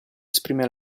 esprime